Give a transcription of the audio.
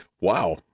Wow